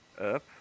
up